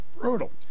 brutal